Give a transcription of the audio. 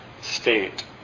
state